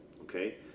Okay